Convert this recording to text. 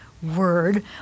word